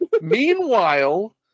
Meanwhile